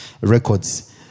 records